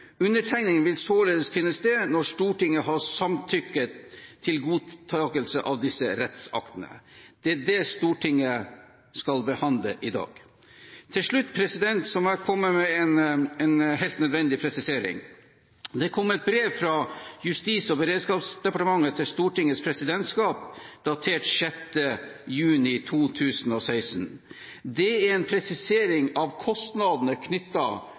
Undertegningen vil således finne sted når Stortinget har samtykket til godtakelse av disse rettsaktene. Det er det Stortinget behandler i dag. Til slutt må jeg komme med en helt nødvendig presisering. Det kom et brev fra Justis- og beredskapsdepartementet til Stortingets presidentskap datert 6. juni 2016. Det er en presisering av kostnadene